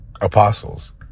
apostles